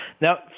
now